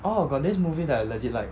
oh got this movie that I legit like